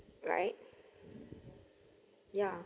right yeah